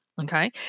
okay